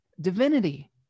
divinity